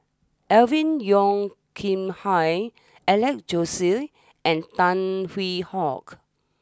Alvin Yeo Khirn Hai Alex Josey and Tan Hwee Hock